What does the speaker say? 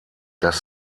dass